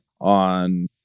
on